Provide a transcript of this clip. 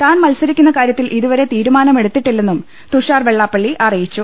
താൻ മത്സരിക്കുന്ന കാര്യ ത്തിൽ ഇതുവരെ തീരുമാനമെടുത്തിട്ടില്ലെന്നും തുഷാർ വെള്ളാപ്പള്ളി അറി യിച്ചു